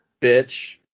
bitch